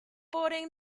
boarding